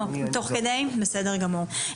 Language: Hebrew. תוך כדי, בסדר גמור.